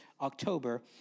October